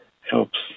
helps